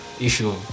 issue